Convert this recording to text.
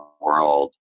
world